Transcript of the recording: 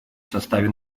составе